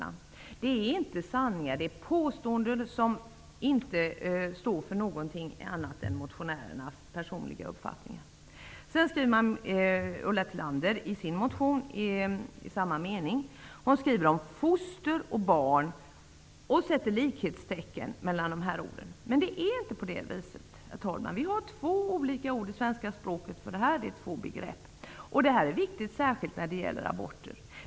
Det som förs fram är inte sanningar utan påståenden som inte står för någonting annat än motionärernas personliga uppfattningar. Ulla Tillander sätter i sin motion också likhetstecken mellan orden ''foster'' och ''barn''. Det kan man inte göra, herr talman. Vi har två olika ord i svenska språket för dessa två begrepp. Det är viktigt, särskilt när det gäller aborter.